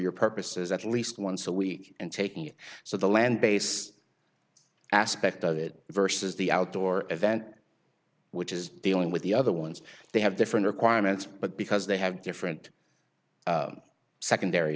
your purposes at least once a week and taking so the land base aspect of it versus the outdoor event which is dealing with the other ones they have different requirements but because they have different secondary